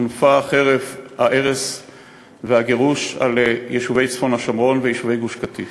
הונפה חרב ההרס והגירוש על יישובי צפון השומרון ויישובי גוש-קטיף.